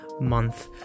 month